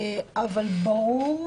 אבל ברור,